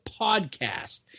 podcast